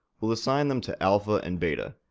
we'll assign them to alpha and beta,